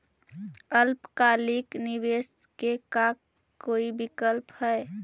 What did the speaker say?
अल्पकालिक निवेश के का कोई विकल्प है?